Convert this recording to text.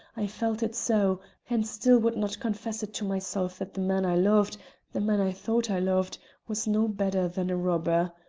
i felt it so, and still would not confess it to myself that the man i loved the man i thought i loved was no better than a robber.